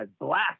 blast